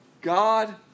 God